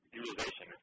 utilization